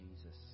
Jesus